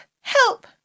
Help